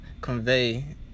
convey